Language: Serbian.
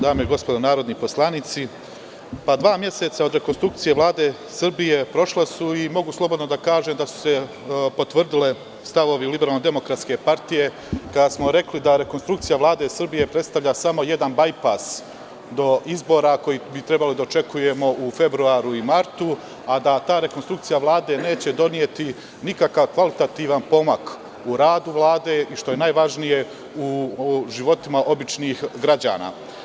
Dame i gospodo narodni poslanici, prošla su dva meseca od rekonstrukcije Vlade Srbije i mogu slobodno da kažem da su se potvrdili stavovi LDP kada smo rekli da rekonstrukcija Vlade Srbije predstavlja samo jedan bajpas do izbora koje bi trebalo da očekujemo u februaru i martu, a da ta rekonstrukcija Vlade neće doneti nikakav kvalitativan pomak u radu Vlade i, što je najvažnije, u životima običnih građana.